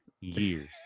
years